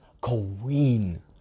queen